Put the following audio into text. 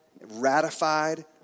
ratified